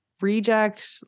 reject